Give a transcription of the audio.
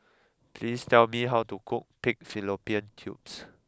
please tell me how to cook Pig Fallopian Tubes